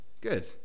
Good